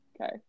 Okay